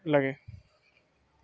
ଲାଗେ